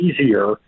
easier